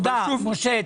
משה,